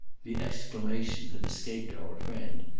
the exclamation had escaped our friend,